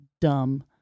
dumb